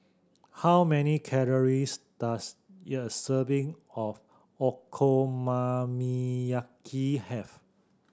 how many calories does a serving of Okonomiyaki have